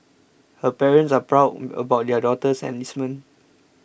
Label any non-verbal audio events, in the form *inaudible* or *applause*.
her parents are proud *hesitation* about their daughter's enlistment